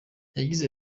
yagize